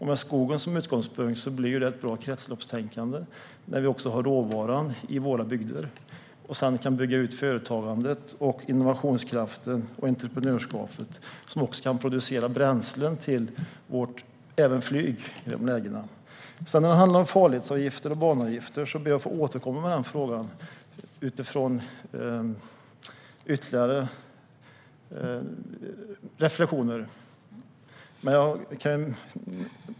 Med skogen som utgångspunkt blir det ett bra kretsloppstänkande, där vi har råvaran i våra bygder och sedan kan bygga ut företagandet, innovationskraften och entreprenörskapet så att vi kan producera bränslen även till vårt flyg. När det handlar om farledsavgifter och banavgifter ber jag att få återkomma till frågan utifrån ytterligare reflektioner.